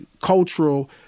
cultural